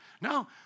No